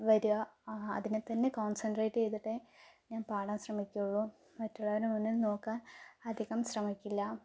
വരുക അതിനെ തന്നെ കോണ്സെന്ട്രേറ്റ് ചെയ്തിട്ടേ ഞാന് പാടാന് ശ്രമിക്കുകയുള്ളൂ മറ്റൊരാളിനെ മുന്നേ നോക്കാന് അധികം ശ്രമിക്കില്ല